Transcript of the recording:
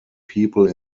people